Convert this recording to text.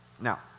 Now